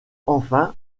enfin